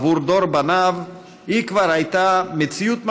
עבור דור בניו היא כבר הייתה מציאות ממשית,